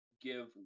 give